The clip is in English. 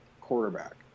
quarterback